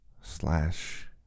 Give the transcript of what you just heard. slash